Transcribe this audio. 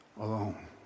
alone